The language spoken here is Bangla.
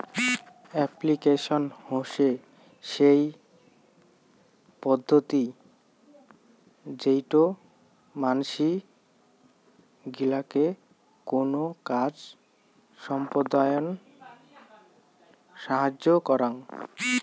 এপ্লিকেশন হসে সেই পদ্ধতি যেইটো মানসি গিলাকে কোনো কাজ সম্পদনায় সাহায্য করং